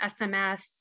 SMS